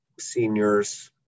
seniors